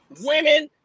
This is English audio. women